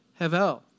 hevel